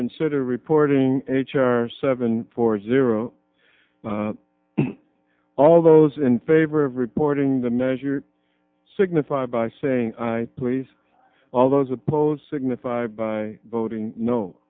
consider reporting h r seven four zero all those in favor of reporting the measure signify by saying i please all those opposed signify by voting no